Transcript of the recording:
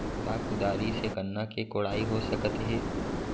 का कुदारी से गन्ना के कोड़ाई हो सकत हे?